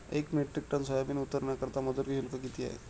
एक metric tonne soybean उतरवण्याकरता मजूर शुल्क किती आहे?